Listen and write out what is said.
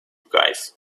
guys